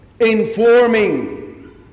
informing